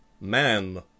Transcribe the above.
Man